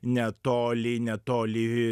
netoli netoli